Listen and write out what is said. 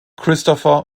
christopher